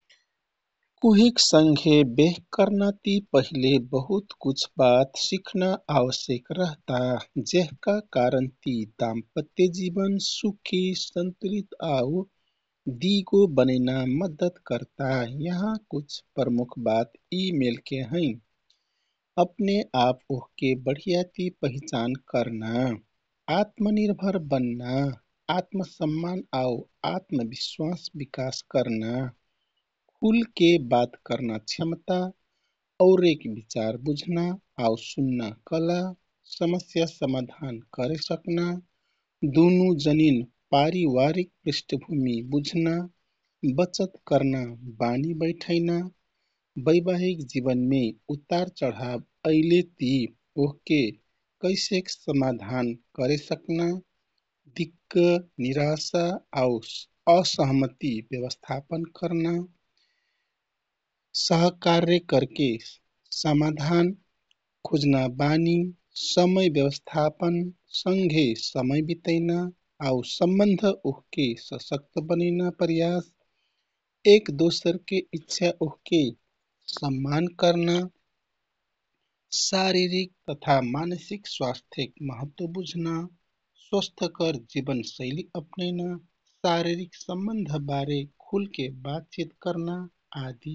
कुहिक संगे बेह कर्ना ति पहिले बहुत कुछ बात सिख्ना आवश्यक रहता। जेहका कारण ती दाम्पत्य जिवन, सुखी, सन्तुलित, आउ दिगो बनैना मद्दत करता। यहाँ कुछ प्रमुख बात यी मेलके हैँ। अपने आप ओहके बढियाती पहिचान करना, आत्मनिर्भर बन्ना, आत्मसम्मान आउ आत्मविश्वास विकास करना, खुलके बात करना क्षमता, औरेक बिचार बुझ्ना आउ सुनना कला, समस्या समाधान करे सकना, दुनु जनिन पारिवारिक पृष्ठभूमि बुझ्ना, बचत करना बानी बैठैना, वैवाहिक जिवनमे उतार चढाव ऐलेति ओहके कैसेक समाधान करे सकना, दिक्क निराशा आउ असमति व्यवस्थापन करना, सहकार्य करके समाधान खुज्ना बानी, समय व्यवस्थापन, संघे समय बितैना आउ सम्बन्ध ओहके शसकत बनैना प्रयास, एक दोसरके इच्छा ओहके सम्मान करना, शारिरिक तथा मानसिक स्वास्थ्यके महत्व बुझ्ना, स्वस्थकर जिवनशैली अपनैना, शारीरिक सम्बन्ध बारे खुलके बातचित करना आदि।